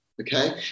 Okay